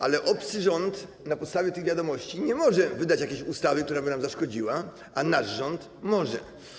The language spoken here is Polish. Ale obcy rząd na podstawie tych wiadomości nie może wydać jakiejś ustawy, która by nam zaszkodziła, a nasz rząd może.